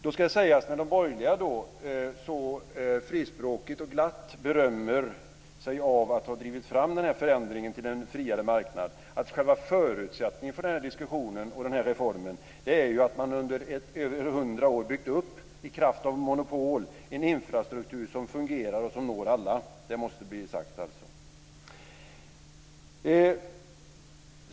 Det ska sägas, när de borgerliga så frispråkigt och glatt berömmer sig av att ha drivit fram den här förändringen till en friare marknad, att själva förutsättningen för den här diskussionen och reformen ju är att man i över hundra år i kraft av monopol har byggt upp en infrastruktur som fungerar och som når alla. Detta måste bli sagt.